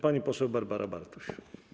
Pani poseł Barbara Bartuś.